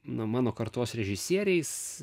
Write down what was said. nu mano kartos režisieriais